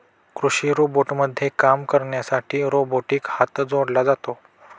कृषी रोबोटमध्ये काम करण्यासाठी रोबोटिक हात जोडला जातो